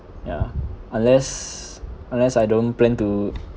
ya unless unless I don't plan to